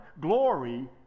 Glory